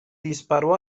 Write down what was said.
disparó